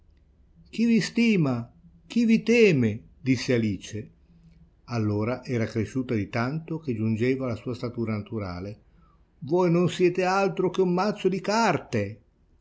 chi di stima chi vi teme disse alice allora era cresciuta di tanto che giungeva alla sua statura naturale voi non siete altro che un mazzo di carte